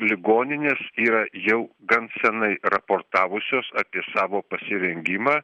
ligoninės yra jau gan senai raportavusios apie savo pasirengimą